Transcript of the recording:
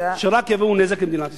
שרק יביאו נזק למדינת ישראל.